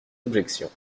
objections